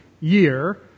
year